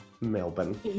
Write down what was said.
Melbourne